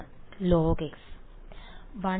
വിദ്യാർത്ഥി ലോഗ്